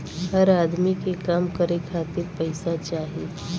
हर अदमी के काम करे खातिर पइसा चाही